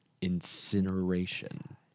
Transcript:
incineration